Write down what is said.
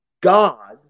God